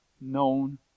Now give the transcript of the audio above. known